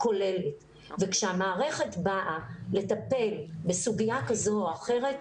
כוללת וכשהמערכת באה לטפל בסוגיה כזו או אחרת,